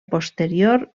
posterior